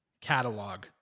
catalog